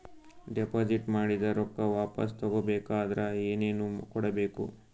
Deposit ಮಾಡಿದ ರೊಕ್ಕ ವಾಪಸ್ ತಗೊಬೇಕಾದ್ರ ಏನೇನು ಕೊಡಬೇಕು?